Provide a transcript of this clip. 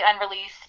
unreleased